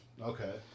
Okay